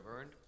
earned